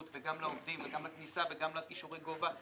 וגם לעובדים וגם לכניסה וגם לקישורי הגובה.